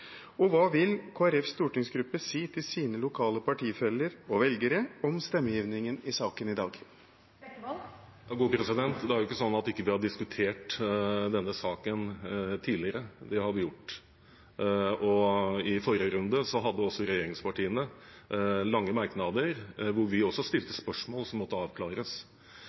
Og hva vil Kristelig Folkepartis stortingsgruppe si til sine lokale partifeller og velgere om stemmegivningen i saken i dag? Det er ikke sånn at vi ikke har diskutert denne saken tidligere. Det har vi gjort, og i forrige runde hadde også regjeringspartiene lange merknader hvor vi stilte spørsmål som måtte avklares.